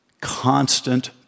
constant